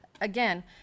again